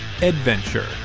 Adventure